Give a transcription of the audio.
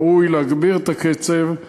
ראוי להגביר את הקצב,